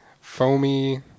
foamy